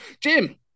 Jim